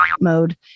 mode